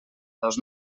dos